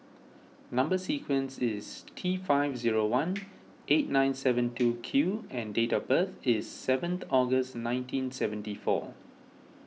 Number Sequence is T five zero one eight nine seven two Q and date of birth is seventh August nineteen seventy four